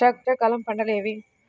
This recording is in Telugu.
వర్షాకాలం పంటలు ఏవి?